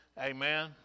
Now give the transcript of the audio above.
Amen